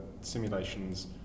simulations